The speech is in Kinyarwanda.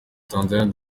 tanzaniya